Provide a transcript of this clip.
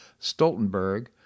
Stoltenberg